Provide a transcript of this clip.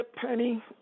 Penny